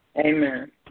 Amen